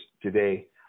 today